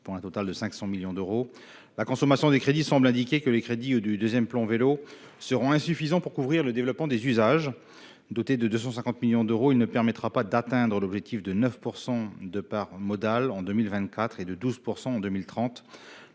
pour un total de 500 millions d'euros, le niveau de consommation des crédits semble indiquer que les crédits affectés au deuxième plan Vélo seront insuffisants pour couvrir le développement de ces usages. Avec 250 millions d'euros, il ne pourra pas atteindre l'objectif de 9 % de part modale en 2024 et de 12 % en 2030.